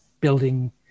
building